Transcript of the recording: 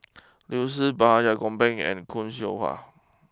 Liu Si Gopal and Khoo Seow Hwa